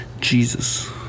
Jesus